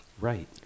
Right